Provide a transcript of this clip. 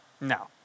no